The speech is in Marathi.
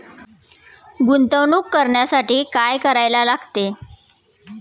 गुंतवणूक करण्यासाठी काय करायला लागते?